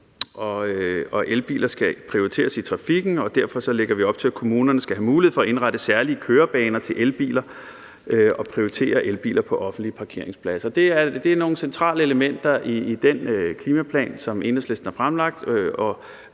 og elbiler skal prioriteres i trafikken, og derfor lægger vi op til, at kommunerne skal have mulighed for at indrette særlige kørebaner til elbiler og prioritere elbiler på offentlige parkeringspladser. Det er nogle centrale elementer i den klimaplan, som Enhedslisten har fremlagt,